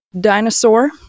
dinosaur